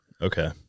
Okay